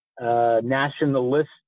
nationalist